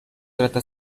trata